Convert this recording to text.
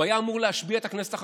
הוא היה אמור להשביע את הכנסת החדשה.